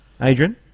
Adrian